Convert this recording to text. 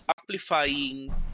amplifying